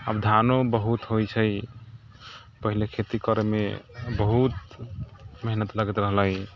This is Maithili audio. आब धानो बहुत होइ छै पहिले खेती करऽमे बहुत मेहनत लगैत रहलै